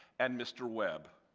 and mr. webb?